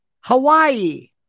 Hawaii